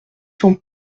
sont